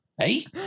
hey